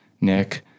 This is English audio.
Nick